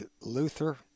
Luther